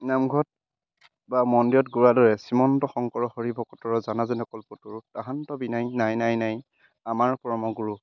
নামঘৰত বা মন্দিৰত গোৱাৰ দৰে শ্ৰীমন্ত শংকৰ হৰি ভকতৰ জানা যেন কল্পতৰু তাহান্ত বিনাই নাই নাই নাই আমাৰ পৰম গুৰু